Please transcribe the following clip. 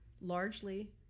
Largely